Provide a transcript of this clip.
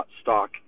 stock